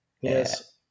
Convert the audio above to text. yes